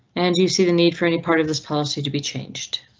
and you see the need for any part of this policy to be changed.